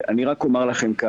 אני רק אומר כך,